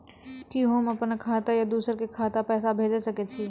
कि होम अपन खाता सं दूसर के खाता मे पैसा भेज सकै छी?